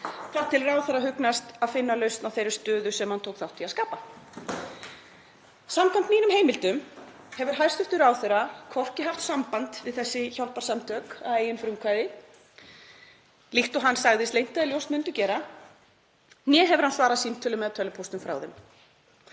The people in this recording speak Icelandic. þar til ráðherra hugnast að finna lausn á þeirri stöðu sem hann tók þátt í að skapa. Samkvæmt mínum heimildum hefur hæstv. ráðherra hvorki haft samband við þessi hjálparsamtök að eigin frumkvæði líkt og hann sagðist leynt eða ljóst myndu gera né hefur hann svarað símtölum og tölvupóstum frá þeim.